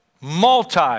Multi